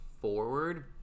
forward